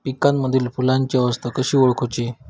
पिकांमदिल फुलांची अवस्था कशी ओळखुची?